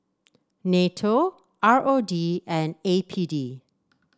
NATO R O D and A P D